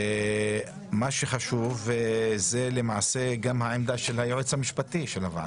מה שחשוב זה גם העמדה של הייעוץ המשפטי של הוועדה.